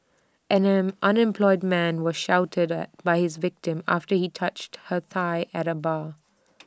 an him unemployed man was shouted at by his victim after he touched her thigh at A bar